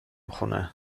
خونه